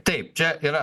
taip čia yra